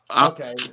Okay